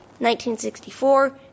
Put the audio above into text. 1964